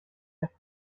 her